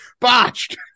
Botched